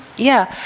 yeah.